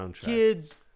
kids